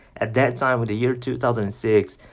at that time, in the year two thousand and six,